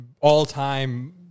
all-time